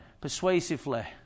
persuasively